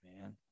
man